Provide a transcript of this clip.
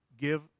give